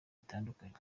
bitandukanye